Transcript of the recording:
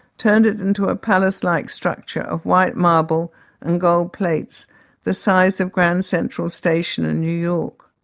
turning it into a palace-like structure of white marble and gold plates the size of grand central station in new york.